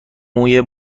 موی